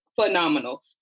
phenomenal